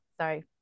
sorry